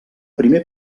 primer